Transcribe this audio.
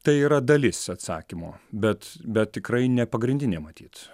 tai yra dalis atsakymo bet bet tikrai ne pagrindinė matyt